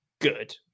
good